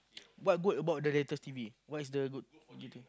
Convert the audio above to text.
what good about the latest T_V what's the good gitu